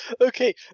okay